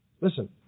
Listen